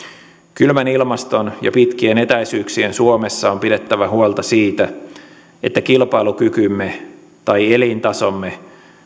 kylmän ilmaston ja pitkien etäisyyksien suomessa on pidettävä huolta siitä että kilpailukykymme tai elintasomme